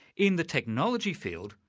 in the technology field,